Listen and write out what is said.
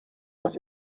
das